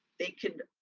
they could,